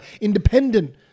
independent